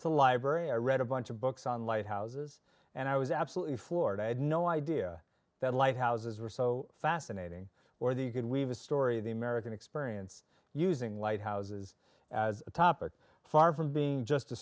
to the library i read a bunch of books on lighthouses and i was absolutely floored i had no idea that light houses were so fascinating or that you could weave a story of the american experience using lighthouses as a topic far from being just a